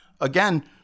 again